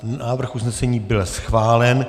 Návrh usnesení byl schválen.